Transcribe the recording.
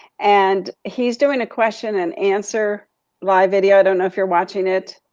and he's doing a question and answer live video. don't know if you're watching it,